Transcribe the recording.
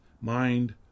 mind